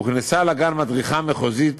הוכנסה לגן מדריכה מחוזית